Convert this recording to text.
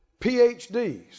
PhDs